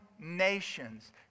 nations